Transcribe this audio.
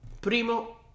primo